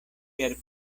per